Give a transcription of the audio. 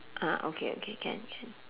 ah okay okay can can